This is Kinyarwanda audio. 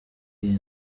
iyi